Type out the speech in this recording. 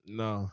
no